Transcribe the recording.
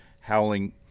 howling